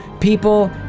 People